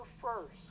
first